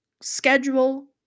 schedule